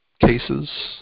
Cases